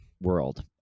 world